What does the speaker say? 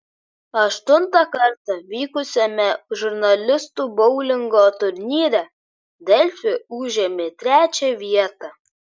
aštuntą kartą vykusiame žurnalistų boulingo turnyre delfi užėmė trečią vietą